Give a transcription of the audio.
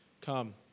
come